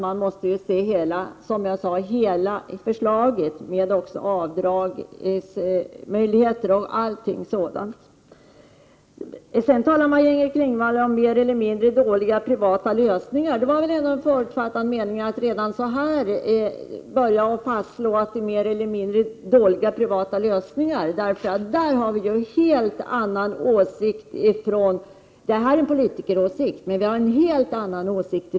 Man måste, som jag sade tidigare, se till förslaget i dess helhet. Avdragsmöjligheter etc. måste ju också beaktas. Vidare talade Maj-Inger Klingvall om mer eller mindre dåliga privata lösningar. Men det är väl ändå ett bevis på att hon har en förutfattad mening. Man kan ju inte utan vidare fastslå att privata lösningar är mer eller mindre dåliga. Dessutom är det en politikeråsikt. Föräldrarna har en helt annan åsikt.